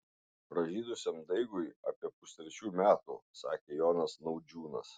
pražydusiam daigui apie pustrečių metų sakė jonas naudžiūnas